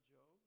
Job